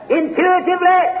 intuitively